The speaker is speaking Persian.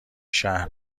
شهر